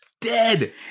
dead